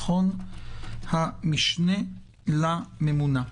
המשנה לממונה.